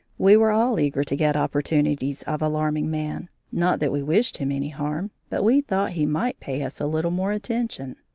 we were all eager to get opportunities of alarming man, not that we wished him any harm, but we thought he might pay us a little more attention.